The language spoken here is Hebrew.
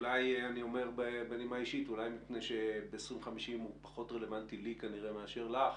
אולי בגלל ש-2050 הוא פחות רלוונטי לי מאשר לך,